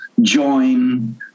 join